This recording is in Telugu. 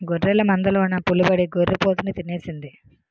గొర్రెల మందలోన పులిబడి గొర్రి పోతుని తినేసింది